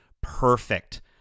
perfect